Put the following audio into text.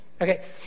Okay